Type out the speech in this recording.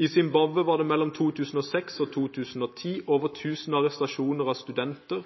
I Zimbabwe var det mellom 2006 og 2010 over 1 000 arrestasjoner av studenter,